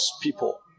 people